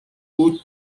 بود